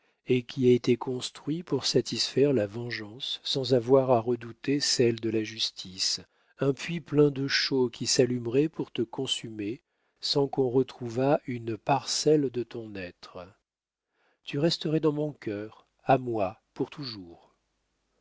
et qui a été construit pour satisfaire la vengeance sans avoir à redouter celle de la justice un puits plein de chaux qui s'allumerait pour te consumer sans qu'on retrouvât une parcelle de ton être tu resterais dans mon cœur à moi pour toujours